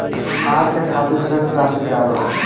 आज के खातिर शेष राशि का बा?